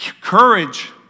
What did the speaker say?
Courage